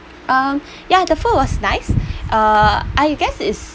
um ya the food was nice uh I guess it's